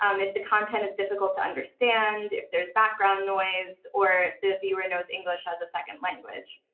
um if the content is difficult to understand, if there's background noise, or the viewer knows english as a second language.